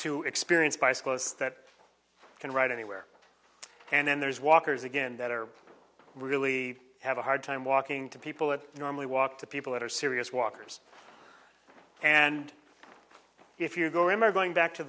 to experience bicyclists that can ride anywhere and then there's walkers again that are really have a hard time walking to people that normally walk to people that are serious walkers and if you go in are going back to